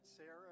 Sarah